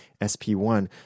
SP1